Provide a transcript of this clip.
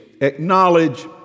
acknowledge